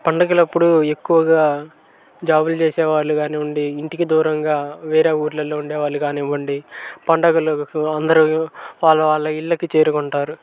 పండుగలప్పుడు ఎక్కువగా జాబులు చేసే వాళ్ళు కానివ్వండి ఇంటికి దూరంగా వేరే ఊర్లలో ఉండే వాళ్ళు కానివ్వండి పండగలకు అందరూ వాళ్ళ వాళ్ళ ఇళ్ళకి చేరుకుంటారు